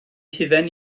hufen